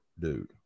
dude